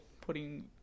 putting